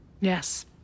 yes